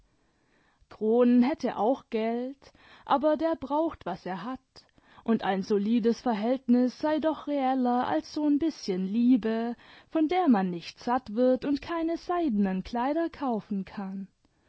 kronen hätte auch geld aber der braucht was er hat imd ein solides verhältnis sei doch reeller als so'n bißchen liebe von der man nicht satt wird und keine seidenen kleider kaufen kann